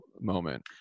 moment